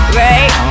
right